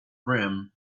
brim